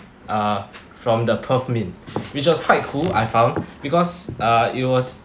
uh from the perth mint which was quite cool I found because uh it was